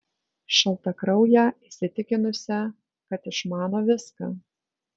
šaltakrauję įsitikinusią kad išmano viską